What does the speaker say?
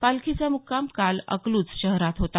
पालखीचा मुक्काम काल अकलूज शहरात होता